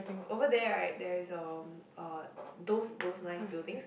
over there right there is a um those those nice buildings